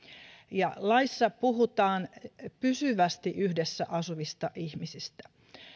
ja laissa puhutaan pysyvästi yhdessä asuvista ihmisistä